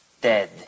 dead